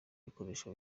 rikoresha